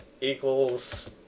equals